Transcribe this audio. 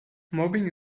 mobbing